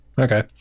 Okay